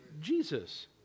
Jesus